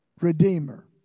Redeemer